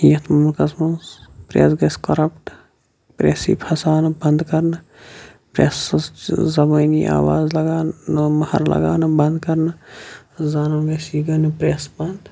یَتھ مُلکَس منٛز پرٛیس گژھِ کوٚرَپٹہٕ پرٛیس یی پھَساونہٕ بنٛد کَرنہٕ پرٛیس سٕنٛز سُہ زبٲنی آواز لگان نہٕ مُہر لَگاونہٕ بنٛد کرنہٕ زانُن گژھِ یہِ گٔے نہٕ پرٛیس بنٛد